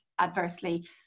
adversely